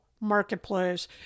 marketplace